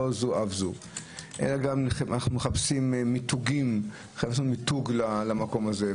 לא זו אף זו אנחנו גם מחפשים מיתוג למקום הזה.